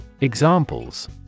Examples